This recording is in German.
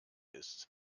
ist